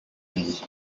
unis